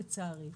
לצערי.